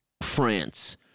France